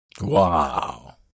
Wow